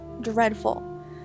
dreadful